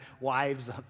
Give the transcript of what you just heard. wives